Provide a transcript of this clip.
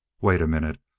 wait a minute.